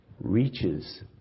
reaches